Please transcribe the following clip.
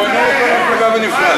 הוא עונה לכל מפלגה בנפרד,